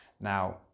Now